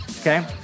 Okay